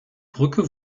brücke